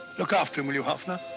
look after him will you hoffner?